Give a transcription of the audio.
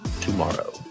tomorrow